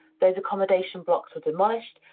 those accommodation blocks were demolished.